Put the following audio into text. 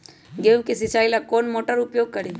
गेंहू के सिंचाई ला कौन मोटर उपयोग करी?